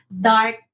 dark